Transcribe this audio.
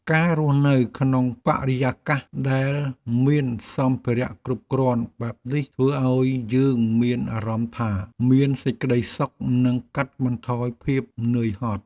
ការរស់នៅក្នុងបរិយាកាសដែលមានសម្ភារៈគ្រប់គ្រាន់បែបនេះធ្វើឱ្យយើងមានអារម្មណ៍ថា មានសេចក្ដីសុខនិងកាត់បន្ថយភាពនឿយហត់។